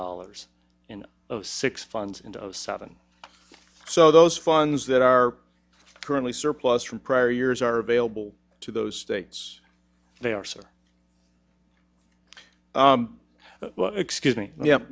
dollars in of six funds into seven so those funds that are currently surplus from prior years are available to those states they are sir excuse me yeah